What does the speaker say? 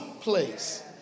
place